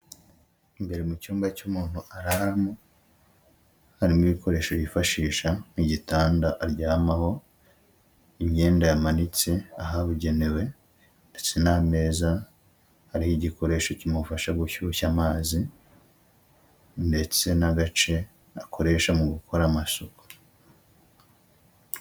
Imbere mu cyumba cy'umuntu araramo harimo ibikoresho yifashisha nk'igitanda aryamaho, imyenda yamanitse ahabugenewe ndetse n'ameza ariho igikoresho kimufasha gushyushya amazi ndetse n'agace akoresha mu gukora amasuku.